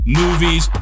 movies